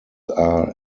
are